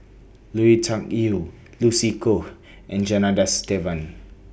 Lui Tuck Yew Lucy Koh and Janadas Devan